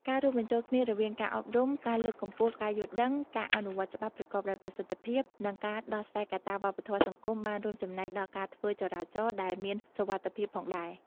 ការរួមបញ្ចូលគ្នារវាងការអប់រំ ការលើកកម្ពស់ការយល់ដឹង ការអនុវត្តច្បាប់ប្រកបដោយប្រសិទ្ធភាព និងការដោះស្រាយកត្តាវប្បធម៌សង្គមបានរួមចំណែកដល់ការធ្វើចរាចរណ៍ដែលមានសុវត្ថិភាពផងដែរ។